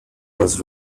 was